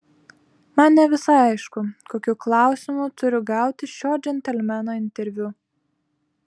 man ne visai aišku kokiu klausimu turiu gauti šio džentelmeno interviu